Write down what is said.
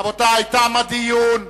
רבותי, תם הדיון,